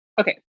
Okay